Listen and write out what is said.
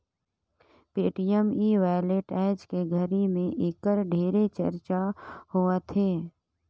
Paytm e wallet आयज के घरी मे ऐखर ढेरे चरचा होवथे